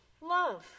Love